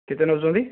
କେତେ ନେଉଛନ୍ତି